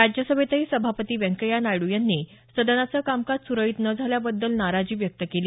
राज्यसभेतही सभापती व्यंकय्या नायडू यांनी सदनाचं कामकाज सुरळीत न झाल्याबद्दल नाराजी व्यक्त केली